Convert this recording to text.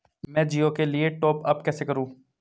मैं जिओ के लिए टॉप अप कैसे करूँ?